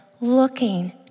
looking